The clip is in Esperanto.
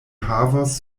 havos